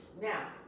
Now